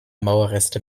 mauerreste